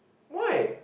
why